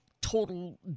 total